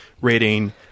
rating